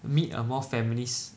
meet a more feminist